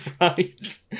Right